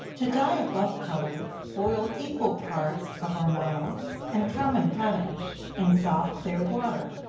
to dye a buff color, boil equal parts of arnotto and common potash, in soft clear water.